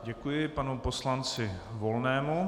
Děkuji panu poslanci Volnému.